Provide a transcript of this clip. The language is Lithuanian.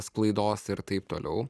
sklaidos ir taip toliau